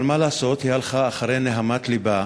אבל מה לעשות, היא הלכה אחרי נהמת לבה